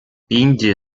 индия